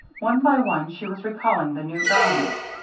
one by one she was recalling the new garments.